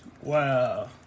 Wow